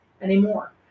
anymore